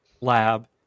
lab